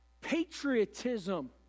Patriotism